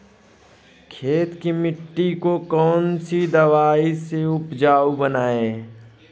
खेत की मिटी को कौन सी दवाई से उपजाऊ बनायें?